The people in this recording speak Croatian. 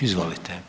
Izvolite.